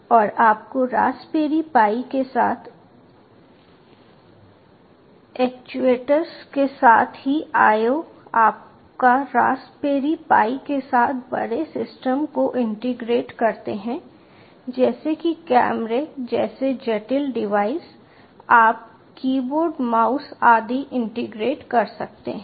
और आपके raspberry pi के साथ एक्ट्यूएटर्स और साथ ही IO आपके रास्पबेरी पाई के साथ बड़े सिस्टम को इंटीग्रेट करते हैं जैसे कि कैमरे जैसे जटिल डिवाइस आप कीबोर्ड माउस आदि इंटीग्रेट कर सकते हैं